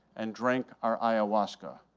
and drink our ayahuasca.